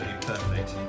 perfect